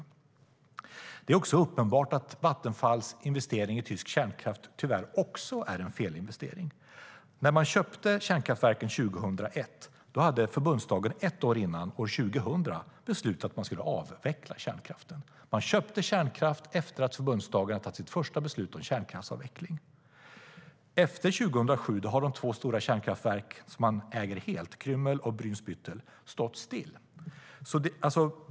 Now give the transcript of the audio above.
Det är också uppenbart att Vattenfalls investering i tysk kärnkraft tyvärr också är en felinvestering. När man köpte kärnkraftverken 2001 hade Förbundsdagen ett år tidigare, år 2000, beslutat att man skulle avveckla kärnkraften. Vattenfall köpte kärnkraftverken efter att Förbundsdagen hade tagit sitt första beslut om kärnkraftsavveckling. Efter 2007 har de två stora kärnkraftverk som man äger helt - Krümmel och Brunsbüttel - stått still.